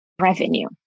revenue